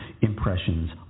impressions